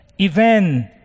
event